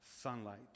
sunlight